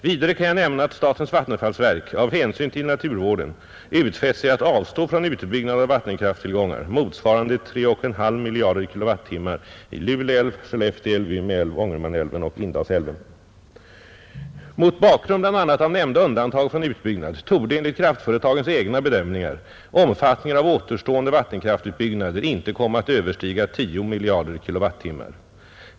Vidare kan jag nämna att statens vattenfallsverk av hänsyn till naturvården utfäst sig att avstå från utbyggnad av vattenkrafttillgångar motsvarande 3,5 miljarder kilowattimmar i Lule älv, Skellefte älv, Ume älv, Ångermanälven och Indalsälven. Mot bakgrund bl.a. av nämnda undantag från utbyggnad torde enligt kraftföretagens egna bedömningar omfattningen av återstående vattenkraftutbyggnader inte komma att överstiga 10 miljarder kilowattimmar.